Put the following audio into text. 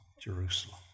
Jerusalem